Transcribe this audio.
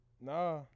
Nah